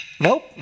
Nope